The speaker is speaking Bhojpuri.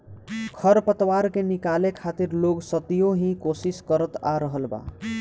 खर पतवार के निकाले खातिर लोग सदियों ही कोशिस करत आ रहल बा